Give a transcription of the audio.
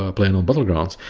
ah playing on battle grounds,